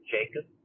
Jacob